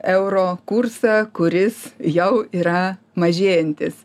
euro kursą kuris jau yra mažėjantis